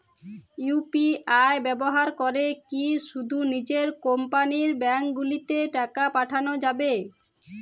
UPI ব্যবহার করে কি শুধু নিজের কোম্পানীর ব্যাংকগুলিতেই টাকা পাঠানো যাবে?